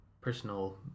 personal